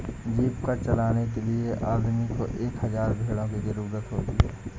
जीविका चलाने के लिए आदमी को एक हज़ार भेड़ों की जरूरत होती है